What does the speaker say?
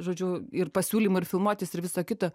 žodžiu ir pasiūlymų ir filmuotis ir viso kito